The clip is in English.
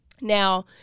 Now